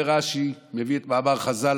רש"י מביא את מאמר חז"ל.